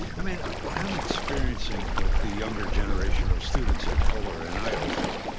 i mean, what i'm experiencing with the younger generation of students at fuller and i also,